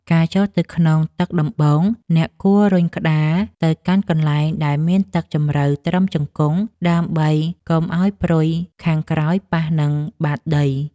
ការចុះទៅក្នុងទឹកដំបូង អ្នកគួររុញក្តារទៅកាន់កន្លែងដែលមានទឹកជម្រៅត្រឹមជង្គង់ ដើម្បីកុំឱ្យព្រុយខាងក្រោមប៉ះនឹងបាតដី។